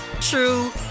true